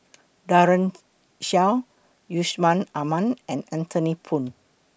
Daren Shiau Yusman Aman and Anthony Poon